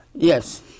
Yes